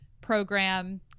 program